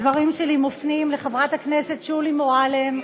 הדברים שלי מופנים אל חברי הכנסת שולי מועלם,